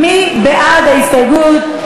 מי בעד ההסתייגות?